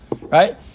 right